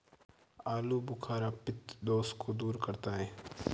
आलूबुखारा पित्त दोष को दूर करता है